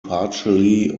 partially